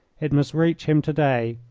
it must reach him to-day,